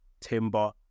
Timber